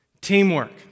Teamwork